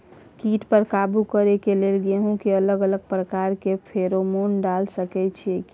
कीट पर काबू करे के लेल गेहूं के अलग अलग प्रकार के फेरोमोन डाल सकेत छी की?